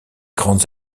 grandes